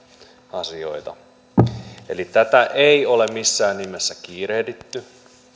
asioita tätä ei ole missään nimessä kiirehditty